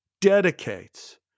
dedicates